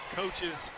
coaches